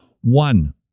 One